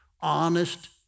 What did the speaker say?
honest